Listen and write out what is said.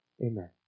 amen